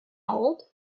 old